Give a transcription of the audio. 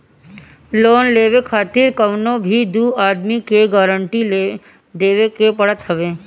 loan लेवे खातिर कवनो भी दू आदमी के गारंटी देवे के पड़त हवे